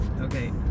Okay